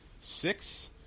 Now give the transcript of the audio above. six